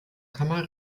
kammer